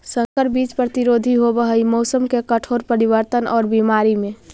संकर बीज प्रतिरोधी होव हई मौसम के कठोर परिवर्तन और बीमारी में